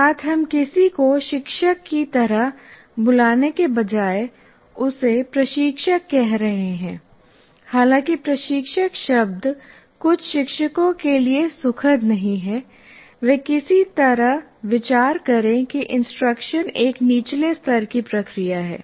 अर्थात् हम किसी को शिक्षक की तरह बुलाने के बजाय उसे प्रशिक्षक कह रहे हैं हालांकि प्रशिक्षक शब्द कुछ शिक्षकों के लिए सुखद नहीं है वे किसी तरह विचार करें कि इंस्ट्रक्शन एक निचले स्तर की प्रक्रिया है